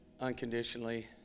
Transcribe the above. unconditionally